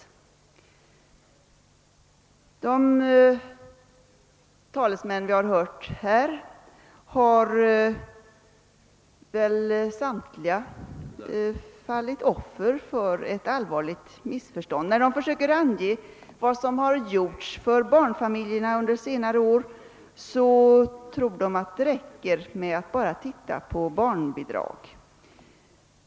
Samtliga de talesmän som vi har hört här har fallit offer för ett allvarligt missförstånd. När de försöker ange vad som har gjorts för barnfamiljerna under senare år tror de att det räcker med att bara titta på barnbidragen.